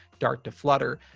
dart to flutter.